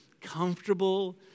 Comfortable